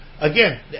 again